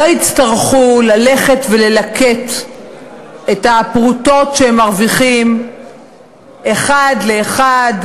לא יצטרכו ללכת וללקט את הפרוטות שהם מרוויחים אחת לאחת,